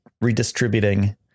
redistributing